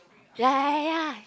yea yea yea